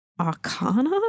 arcana